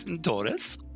Doris